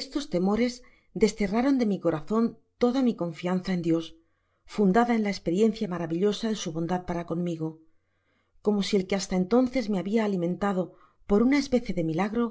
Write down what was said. estos temores desterraron de mi corazon toda mi confianza en dios fundada en la esperiencia maravillosa de su bondad para conmigo como si i que basta entonces me habia alimentado por una especie de'milagno